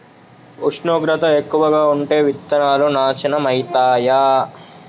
ఉష్ణోగ్రత ఎక్కువగా ఉంటే విత్తనాలు నాశనం ఐతయా?